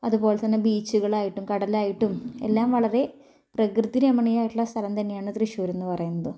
അതുപോലെ തന്നെ ബീച്ചുകളായിട്ടും കടലായിട്ടും എല്ലാം വളരെ പ്രകൃതിരമണീയമായിട്ടുള്ള സ്ഥലം തന്നെയാണ് തൃശ്ശൂർ എന്ന് പറയുന്നത്